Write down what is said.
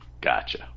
Gotcha